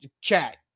chat